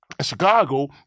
Chicago